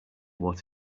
what